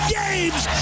games